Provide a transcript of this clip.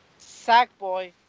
Sackboy